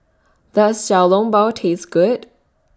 Does Xiao Long Bao Taste Good